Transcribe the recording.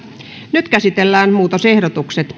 nyt käsitellään muutosehdotukset